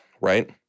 right